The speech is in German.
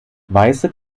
weiße